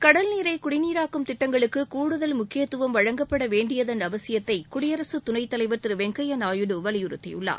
கடல்நீரை குடிநீராக்கும் திட்டங்களுக்கு கூடுதல் முக்கியத்துவம் வழங்கப்பட வேண்டியதன் அவசியத்தை குடியரசுத் துணைத் தலைவர் திரு வெங்கய்யா நாயுடு வலியுறுத்தியுள்ளார்